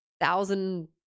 thousand